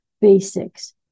basics